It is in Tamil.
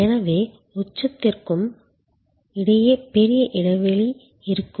எனவே உச்சத்திற்கும் தொட்டிக்கும் இடையே பெரிய இடைவெளி இருக்கும்